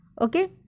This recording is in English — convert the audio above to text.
okay